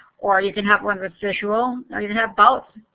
or or you can have one with visual. or you can have both.